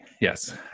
yes